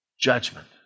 Judgment